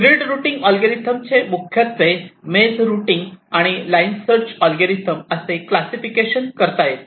grid routing algorithm चे मुख्यत्वे maze routing आणि लाईन सर्च अल्गोरिदम असे क्लासिफिकेशन करता येते